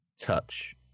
touch